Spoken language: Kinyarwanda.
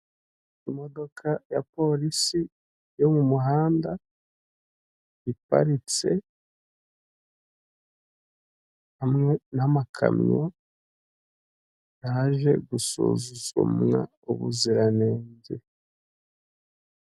Imodoka ya Polisi yo mu muhanda, iparitse, hamwe n'amakamyo yaje gusuzumwa ubuziranenge.